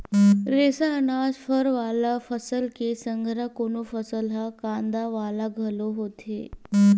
रेसा, अनाज, फर वाला फसल के संघरा कोनो फसल ह कांदा वाला घलो होथे